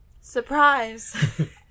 Surprise